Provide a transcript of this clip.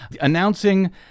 announcing